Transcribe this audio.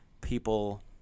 people